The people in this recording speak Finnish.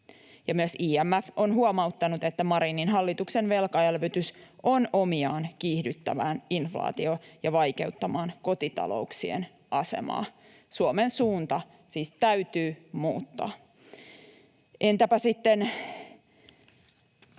Myös IMF on huomauttanut, että Marinin hallituksen velkaelvytys on omiaan kiihdyttämään inflaatiota ja vaikeuttamaan kotitalouksien asemaa. Suomen suunta siis täytyy muuttaa. Entäpä sitten